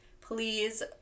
Please